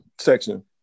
section